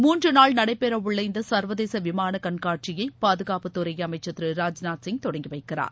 மூன்று நாள் நடைபெற உள்ள இந்த சர்வதேச விமான கண்காட்சியை பாதுகாப்புத் துறை அமைச்சர் திரு ராஜ்நாத் சிங் தொடங்கி வைக்கிறார்